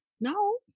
no